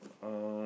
uh